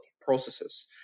processes